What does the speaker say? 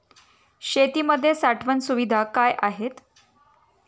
शेतीमध्ये साठवण सुविधा काय आहेत?